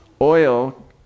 Oil